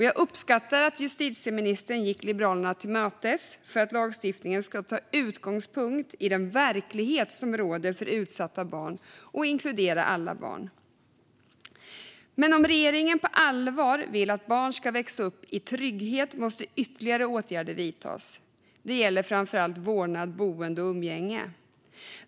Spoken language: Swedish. Jag uppskattar att justitieministern gick Liberalerna till mötes för att lagstiftningen ska ta utgångspunkt i den verklighet som råder för utsatta barn och inkludera alla barn. Men om regeringen på allvar vill att barn ska växa upp i trygghet måste ytterligare åtgärder vidtas. Det gäller framför allt vårdnad, boende och umgänge.